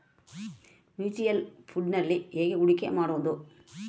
Mutual ಫುಣ್ಡ್ನಲ್ಲಿ ಹೇಗೆ ಹೂಡಿಕೆ ಮಾಡುವುದು?